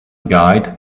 guide